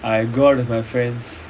I go out with my friends